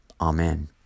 Amen